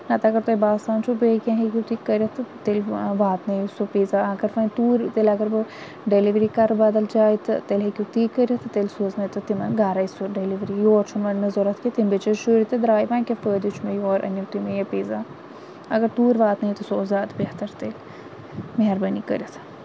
نَتہٕ اگر تۄہہِ باسان چھُو بیٚیہِ کیٚنہہ ہیٚکِو تُہۍ کٔرِتھ تہٕ تیٚلہِ وَنو واتنٲیِو سُہ پیٖزا اگر وۄنۍ توٗرۍ تیٚلہِ اگر بہٕ ڈٮ۪لوری کَرٕ بدل جایہِ تہٕ تیٚلہِ ہیٚکِو تی کٔرِتھ تہٕ تیٚلہِ سوزنٲیتو تِمَن گَرَے سُہ ڈٮ۪لوری یور چھُنہٕ وۄنۍ مےٚ ضوٚرتھ کیٚنہہ تِم بِچٲرۍ شُرۍ تہِ درٛاے وۄنۍ کیٛاہ فٲیِدٕ چھُ مےٚ یور أنِو تُہۍ مےٚ یہِ پیٖزا اگر توٗرۍ واتنٲیِو تہٕ سُہ اوس زیادٕ بہتر تیٚلہِ مہربٲنی کٔرِتھ